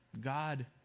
God